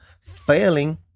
failing